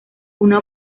una